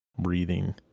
breathing